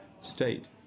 state